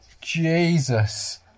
Jesus